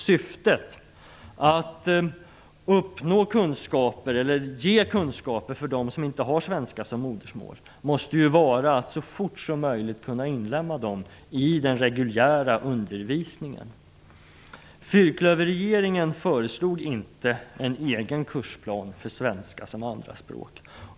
Syftet med att uppnå kunskaper eller ge kunskaper till dem som inte har svenska som modersmål måste vara att så fort som möjligt kunna inlemma dem i den reguljära undervisningen. Fyrklöverregeringen föreslog inte en egen kursplan för svenska som andraspråk.